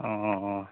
অঁ অঁ অঁ